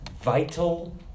vital